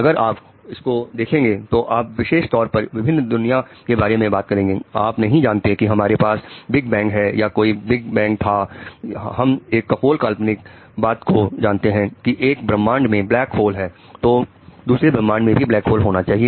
अगर आप इसको देखेंगे तो आप विशेष तौर पर विभिन्न दुनिया के बारे में बात करेंगे आप नहीं जानते कि हमारे पास बिगबैंग है या कोई बिगबैंग था हम एक कपोल काल्पनिक दांत को जानते हैं की एक ब्रह्मांड में ब्लैक होल है तो दूसरे ब्रह्मांड में भी ब्लैक होल होना चाहिए